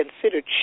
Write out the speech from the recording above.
considered